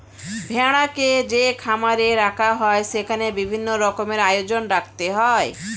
ভেড়াকে যে খামারে রাখা হয় সেখানে বিভিন্ন রকমের আয়োজন রাখতে হয়